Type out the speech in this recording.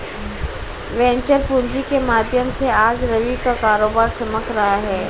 venture पूँजी के माध्यम से आज रवि का कारोबार चमक रहा है